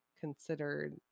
considered